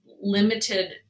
limited